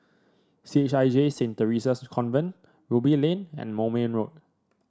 C H I J Saint Theresa's Convent Ruby Lane and Moulmein Road